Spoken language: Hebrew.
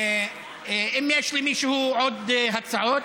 האם יש למישהו עוד הצעות?